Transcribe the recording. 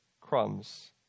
crumbs